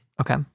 Okay